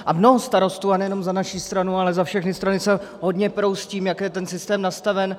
A mnoho starostů, a nejenom za naši stranu, ale za všechny strany, se hodně pere s tím, jak je ten systém nastaven.